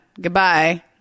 Goodbye